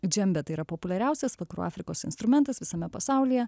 džembe tai yra populiariausias vakarų afrikos instrumentas visame pasaulyje